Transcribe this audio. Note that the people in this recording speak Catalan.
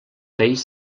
peix